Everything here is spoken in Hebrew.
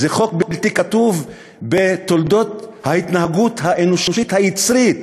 וזה חוק בלתי כתוב בתולדות ההתנהגות האנושית היצרית.